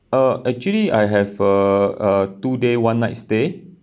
uh actually I have a a two day one night stay